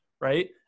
right